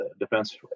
defense